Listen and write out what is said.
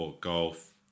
Golf